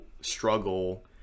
struggle